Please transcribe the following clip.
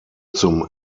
zum